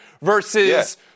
versus